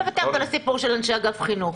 אבל אני לא הבנתי את הסיפור של אנשי אגף החינוך.